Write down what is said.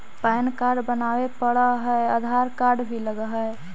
Pan card बनावे पडय है आधार कार्ड भी लगहै?